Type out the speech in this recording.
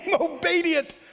obedient